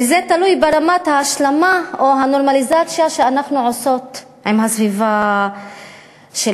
וזה תלוי ברמת ההשלמה או הנורמליזציה שאנחנו עושות עם הסביבה שלנו.